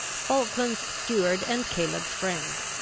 falkland's steward and caleb's friend.